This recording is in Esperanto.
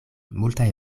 multaj